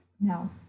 no